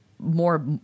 more